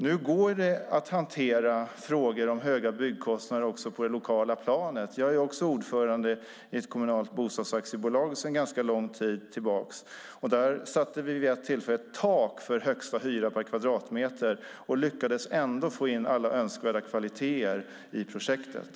Det går att hantera frågor om höga byggkostnader också på det lokala planet. Jag är ordförande i ett kommunalt bostadsaktiebolag sedan ganska lång tid tillbaka. Där satte vi vid ett tillfälle tak för högsta hyra per kvadratmeter och lyckades ändå få in alla önskvärda kvaliteter i projektet.